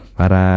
para